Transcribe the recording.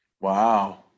Wow